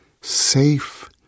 safe